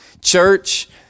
Church